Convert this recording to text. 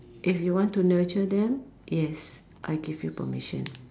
if you want to nurture them yes I give you permission